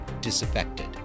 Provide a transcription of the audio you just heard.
disaffected